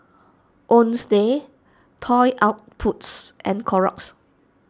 Toy Outpost and Clorox